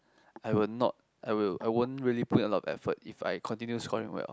I will not I will I won't really put a lot in effort if I continue scoring well